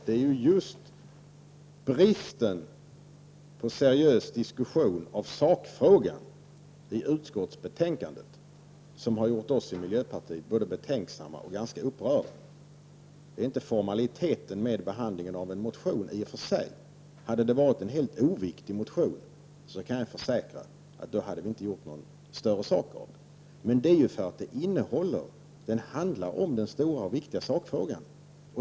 Det är just bristen på diskussion i sakfrågan i utskottsbetänkandet som har gjort oss i miljöpartiet både betänksamma och ganska upprörda. Det handlar inte om formaliteterna i samband med behandlingen av en motion. Hade det varit en helt oviktig motion, då kan jag försäkra Pär Granstedt att vi inte hade gjort någon större sak av dess behandling i utskottet. Men den aktuella motionen handlar om en stor och mycket viktig sakfråga.